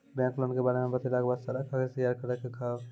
Bank loan के बारे मे बतेला के बाद सारा कागज तैयार करे के कहब?